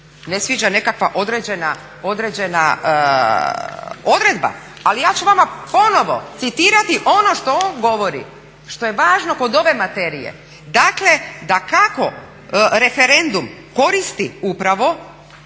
ne sviđa nekakva određena odredba, ali ja ću vama ponovno citirati ono što on govori, što je važno kod ove materije, dakle dakako referendum koristi upravo